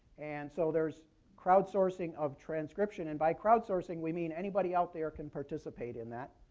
and so there's crowdsourcing of transcription, and by crowdsourcing, we mean anybody out there can participate in that.